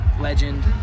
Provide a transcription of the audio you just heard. legend